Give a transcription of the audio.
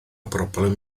broblem